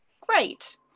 great